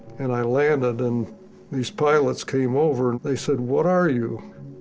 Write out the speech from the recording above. and i landed. and these pilots came over. and they said, what are you?